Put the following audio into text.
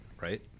right